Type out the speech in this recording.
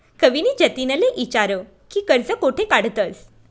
कविनी जतिनले ईचारं की कर्ज कोठे काढतंस